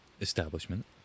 establishment